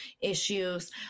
issues